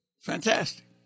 Fantastic